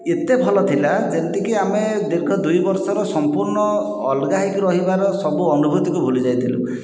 ଏତେ ଭଲ ଥିଲା ଯେମିତିକି ଆମେ ଦୀର୍ଘ ଦୁଇ ବର୍ଷର ସମ୍ପୂର୍ଣ୍ଣ ଅଲଗା ହୋଇକି ରହିବାର ସବୁ ଅନୁଭୂତିକୁ ଭୁଲିଯାଇଥିଲୁ